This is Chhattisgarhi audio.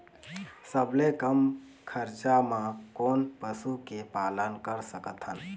सबले कम खरचा मा कोन पशु के पालन कर सकथन?